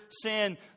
sin